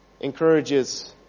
encourages